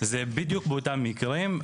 זה בדיוק באותם מקרים,